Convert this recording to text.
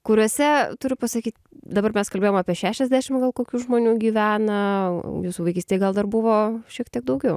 kuriuose turiu pasakyt dabar mes kalbėjom apie šešiasdešim gal kokių žmonių gyvena jūsų vaikystėj gal dar buvo šiek tiek daugiau